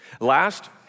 Last